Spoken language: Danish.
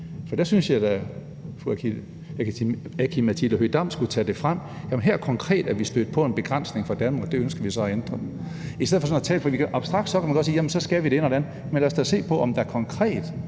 For dér synes jeg da, at fru Aki-Matilda Høegh-Dam skulle tage det frem og sige: Her konkret er vi stødt på en begrænsning fra Danmark, og det ønsker vi så at ændre. Abstrakt kan man godt sige, at så skal vi det ene og den andet, men lad os da se på, om der konkret